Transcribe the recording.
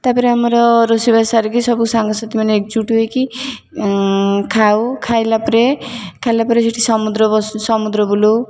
ତା'ପରେ ଆମର ରୋଷେଇ ବାସ ସାରିକି ଆମ ସାଙ୍ଗସାଥୀ ମାନେ ଏକଜୁଟ ହେଇକି ଖାଉ ଖାଇଲା ପରେ ଖାଇଲା ପରେ ସେଠି ସମୁଦ୍ର ବସୁ ସମୁଦ୍ର ବୁଲଉ